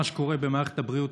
מה שקורה במערכת הבריאות,